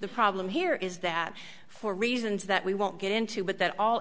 the problem here is that for reasons that we won't get into but that all